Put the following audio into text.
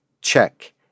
Check